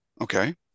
Okay